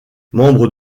membre